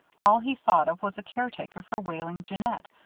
all he thought of was a caretaker for wailing jeannette,